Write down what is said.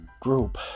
group